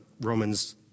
Romans